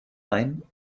ein